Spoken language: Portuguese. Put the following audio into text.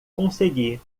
consegui